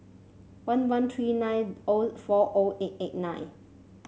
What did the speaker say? one one three nine O four O eight eight nine